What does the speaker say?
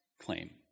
claim